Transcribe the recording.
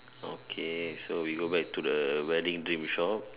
okay so we go back to the wedding dream shop